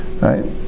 right